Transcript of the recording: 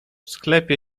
sklepie